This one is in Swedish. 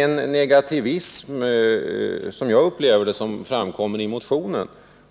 119 Som jag upplever det framkommer inte någon negativism i motionen,